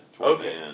Okay